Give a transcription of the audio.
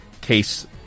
case